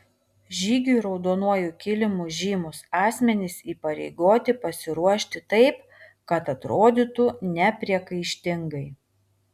žygiui raudonuoju kilimu žymūs asmenys įpareigoti pasiruošti taip kad atrodytų nepriekaištingai